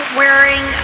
wearing